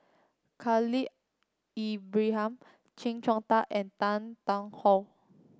Khalil Ibrahim Chee Hong Tat and Tan Tarn How